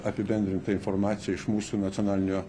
apibendrintą informaciją iš mūsų nacionalinio